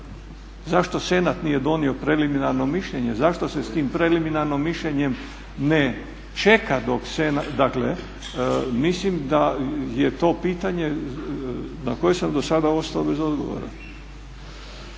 Zašto senat nije donio preliminarno mišljenje? Zašto se sa tim preliminarnim mišljenjem ne čeka dok senat, dakle mislim da je to pitanje na koje sam do sada ostao bez odgovora.